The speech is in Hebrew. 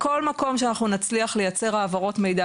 בכל מקום שאנחנו נצליח לייצר העברות מידע